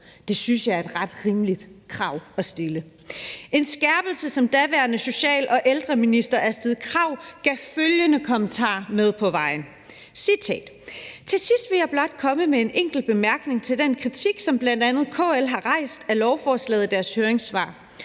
Det synes jeg er et ret rimeligt krav at stille. Det var en skærpelse, som daværende social- og ældreminister Astrid Krag gav følgende kommentar med på vejen: »Til sidst vil jeg blot komme med en enkelt bemærkning til den kritik, som bl.a. KL har rejst af lovforslaget i deres høringssvar.